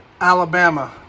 Alabama